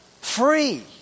free